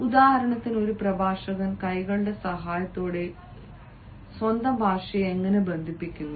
ഉദാഹരണത്തിന് ഒരു പ്രഭാഷകൻ കൈകളുടെ സഹായത്തോടെ കൈകാലുകളുടെ സഹായത്തോടെ സ്വന്തം ഭാഷയെ എങ്ങനെ ബന്ധിപ്പിക്കുന്നു